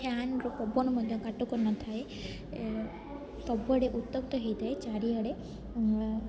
ଫ୍ୟାନ୍ର ପବନ ମଧ୍ୟ କାଟୁ କରିନଥାଏ ସବୁଆଡ଼େ ଉତ୍ତପ୍ତ ହୋଇଥାଏ ଚାରିଆଡ଼େ